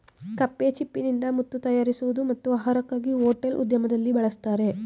ಕಪ್ಪೆಚಿಪ್ಪಿನಿಂದ ಮುತ್ತು ತಯಾರಿಸುವುದು ಮತ್ತು ಆಹಾರಕ್ಕಾಗಿ ಹೋಟೆಲ್ ಉದ್ಯಮದಲ್ಲಿ ಬಳಸ್ತರೆ